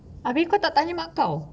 habis kau tak tanya mak kau